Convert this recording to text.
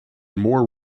more